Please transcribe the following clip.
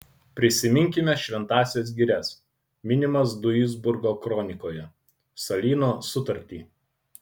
prisiminkime šventąsias girias minimas duisburgo kronikoje salyno sutartį